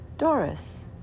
Doris